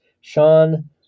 Sean